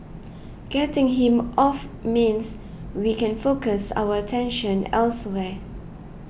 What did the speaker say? getting him off means we can focus our attention elsewhere